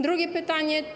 Drugie pytanie.